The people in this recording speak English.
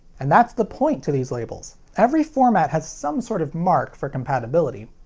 and that's the point to these labels. every format has some sort of mark for compatibility.